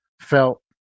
felt